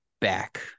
back